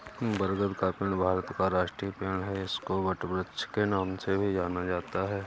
बरगद का पेड़ भारत का राष्ट्रीय पेड़ है इसको वटवृक्ष के नाम से भी जाना जाता है